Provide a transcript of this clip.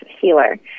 healer